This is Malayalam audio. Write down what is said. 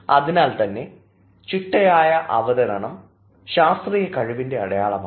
അതിനാൽ തന്നെ ചിട്ടയായ അവതരണം ശാസ്ത്രീയ കഴിവിന്റെ അടയാളമാണ്